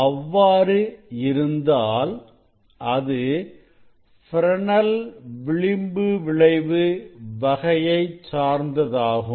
அவ்வாறு இருந்தால் அது ஃப்ரெனெல் விளிம்பு விளைவு வகையை சார்ந்ததாகும்